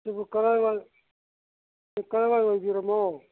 ꯁꯤꯕꯨ ꯀꯗꯥꯏ ꯋꯥꯏ ꯁꯤ ꯀꯗꯥꯏ ꯋꯥꯏ ꯑꯣꯏꯕꯤꯔꯕꯅꯣ